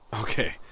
Okay